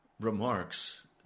remarks